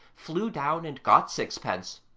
flew down and got sixpence.